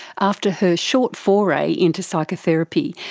after her short foray into psychotherapy,